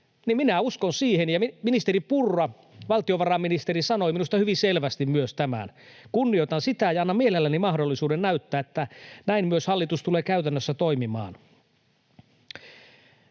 minä uskon siihen, ja ministeri Purra, valtiovarainministeri, sanoi minusta hyvin selvästi myös tämän. Kunnioitan sitä ja annan mielelläni mahdollisuuden näyttää, että näin myös hallitus tulee käytännössä toimimaan.